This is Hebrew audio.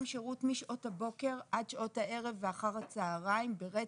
שירות משעות הבוקר עד שעות הערב ואחר הצוהריים ברצף,